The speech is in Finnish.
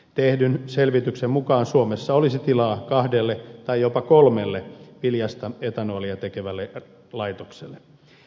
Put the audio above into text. tehdyn selvityksen mukaan suomessa olisi tilaa kahdelle tai jopa kolmelle viljasta etanolia tekevälle laitokselle